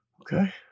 Okay